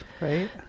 right